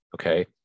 Okay